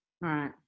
right